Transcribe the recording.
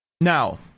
Now